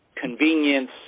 convenience